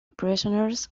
prisoners